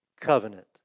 covenant